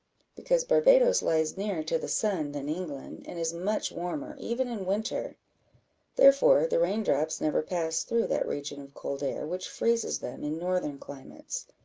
because barbadoes lies nearer to the sun than england, and is much warmer, even in winter therefore the rain-drops never pass through that region of cold air which freezes them in northern climates.